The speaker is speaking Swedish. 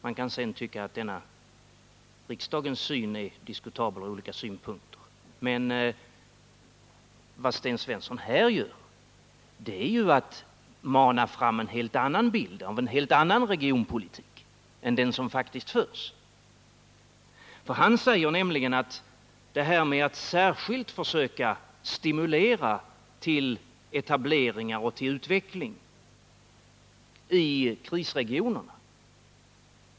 Man kan sedan tycka att denna riksdagens syn från olika synpunkter är diskutabel. Vad Sten Svensson här gör är ju att mana fram bilden av en helt annan regionalpolitik än den som faktiskt förs. Han säger nämligen att det inte är bra att särskilt försöka stimulera till etableringar och till utveckling i krisregionerna.